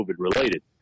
COVID-related